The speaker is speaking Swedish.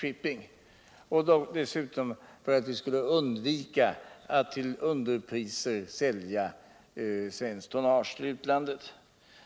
Syftet var dessutom att undvika försäljning 27 till underpriser av svenskt tonnage till utlandet.